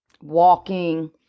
walking